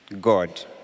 God